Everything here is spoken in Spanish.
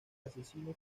asesino